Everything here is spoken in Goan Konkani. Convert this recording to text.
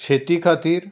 शेती खातीर